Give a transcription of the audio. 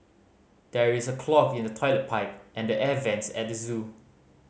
there is a clog in the toilet pipe and the air vents at the zoo